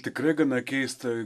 tikrai gana keista